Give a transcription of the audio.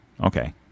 okay